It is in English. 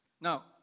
Now